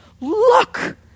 Look